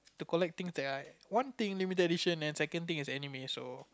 to collect thing that I one thing limited edition and second thing is anime so